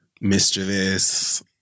mischievous